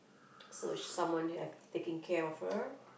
so she's someone have taking care of her